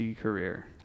career